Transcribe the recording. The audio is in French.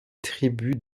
tribus